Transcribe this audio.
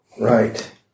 Right